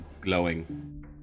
glowing